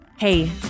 Hey